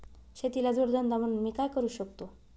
शेतीला जोड धंदा म्हणून मी काय करु शकतो?